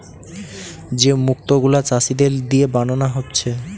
যে মুক্ত গুলা চাষীদের দিয়ে বানানা হচ্ছে